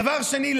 דבר שני,